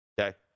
Okay